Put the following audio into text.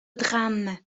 drame